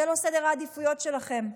זה לא סדר העדיפויות שלהם.